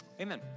Amen